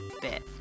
bit